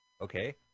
okay